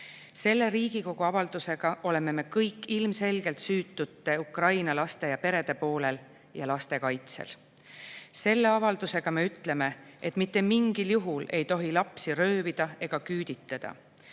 Selle Riigikogu avaldusega oleme me kõik ilmselgelt süütute Ukraina laste ja perede poolel ja laste kaitsel. Selle avaldusega me ütleme, et mitte mingil juhul ei tohi lapsi röövida ega küüditada,